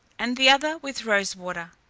and the other with rose-water.